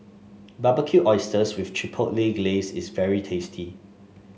Barbecued Oysters with Chipotle Glaze is very tasty